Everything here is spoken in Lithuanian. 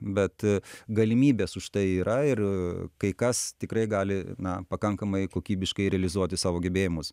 bet galimybės užtai yra ir e kai kas tikrai gali na pakankamai kokybiškai realizuoti savo gebėjimus